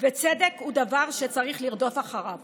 וצדק הוא דבר שצריך לרדוף אחריו